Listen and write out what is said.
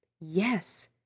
Yes